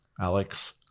Alex